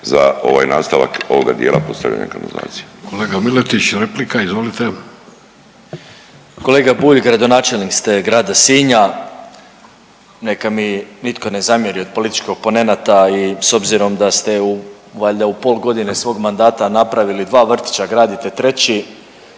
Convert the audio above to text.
Kolega Miletić, replika, izvolite. **Miletić, Marin (MOST)** Kolega Bulj, gradonačelnik ste grada Sinja, neka mi nitko ne zamjeri od političkog oponenata i s obzirom da ste valjda u političkim' godine svog mandata napravili 2 vrtića, gradite treći,